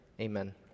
Amen